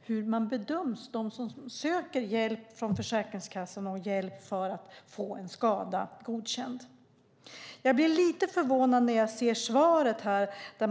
hur de bedöms som söker hjälp hos Försäkringskassan för att få en skada godkänd. Jag blir lite förvånad när jag ser svaret.